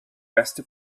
beste